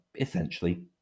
essentially